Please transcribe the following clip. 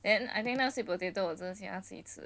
then I think 那个 sweet potato 我只是请他吃一次